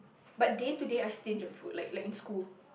but day to day I stinge on food like like in school